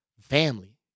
family